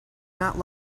not